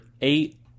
eight